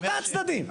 אתה הצדדים,